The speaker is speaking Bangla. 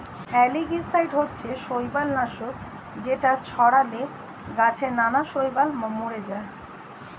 অ্যালগিসাইড হচ্ছে শৈবাল নাশক যেটা ছড়ালে গাছে নানা শৈবাল মরে যায়